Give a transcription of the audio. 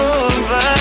over